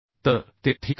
तर ते ठीक आहे